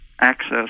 access